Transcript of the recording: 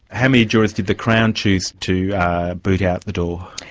how many jurors did the crown choose to boot out the door?